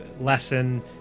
lesson